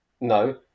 No